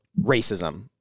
racism